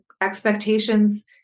expectations